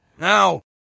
Now